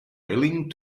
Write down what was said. willing